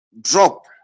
drop